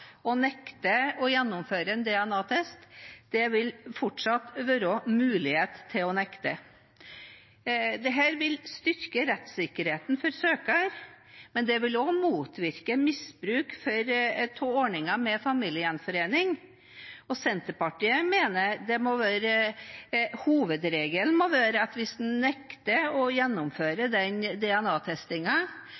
å nekte å gjennomføre en DNA-test. Det vil fortsatt være mulighet til å nekte. Dette vil styrke rettssikkerheten til søkeren, men det vil også motvirke misbruk av ordningen med familiegjenforening. Senterpartiet mener at hvis en nekter å gjennomføre DNA-testen, må hovedregelen være at